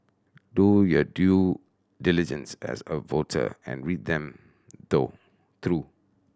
do your due diligence as a voter and read them though through